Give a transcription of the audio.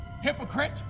hypocrite